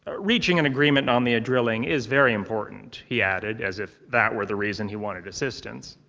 ah reaching an agreement on the drilling is very important, he added, as if that were the reason he wanted assistance.